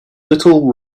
little